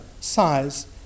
size